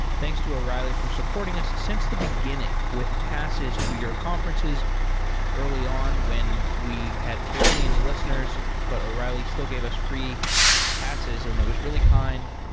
thanks to o'reilly for supporting us since the beginning with passes to your conferences early on when we had barely any listeners, but o'reilly still gave us free passes and it was really kind.